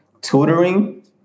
Tutoring